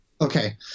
Okay